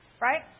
right